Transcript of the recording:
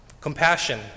Compassion